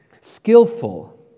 skillful